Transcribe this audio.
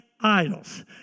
idols